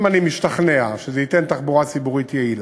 אם אני משתכנע שזה ייתן תחבורה ציבורית יעילה,